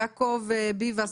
יעקב ביבאס,